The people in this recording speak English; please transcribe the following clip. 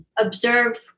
Observe